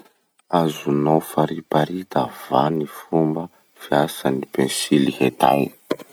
Azonao fariparita va gny fomba fiasan'ny pensily hitay?